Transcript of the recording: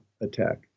attack